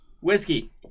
Whiskey